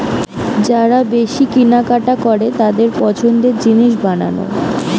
যারা বেশি কিনা কাটা করে তাদের পছন্দের জিনিস বানানো